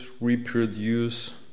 reproduce